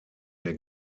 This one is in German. der